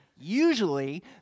usually